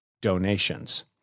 donations